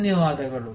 ಧನ್ಯವಾದಗಳು